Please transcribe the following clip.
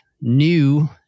new